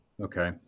Okay